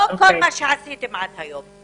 לא כל מה שעשיתם עד היום.